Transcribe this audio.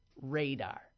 radar